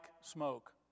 smoke